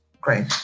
Great